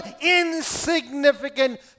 insignificant